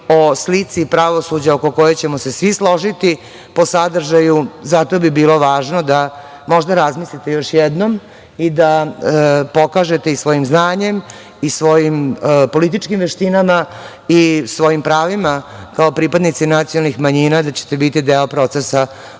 o slici pravosuđa oko koje ćemo se svi složiti, po sadržaju, zato bi bilo važno da možda razmislite još jednom i da pokažete i svojim znanjem i svojim političkim veštinama i svojim pravima kao pripadnici nacionalnih manjina, da ćete biti deo procesa